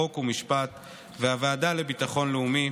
חוק ומשפט והוועדה לביטחון לאומי,